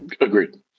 Agreed